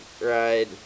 ride